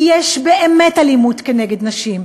כי יש באמת אלימות כנגד נשים,